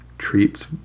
treats